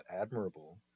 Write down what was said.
admirable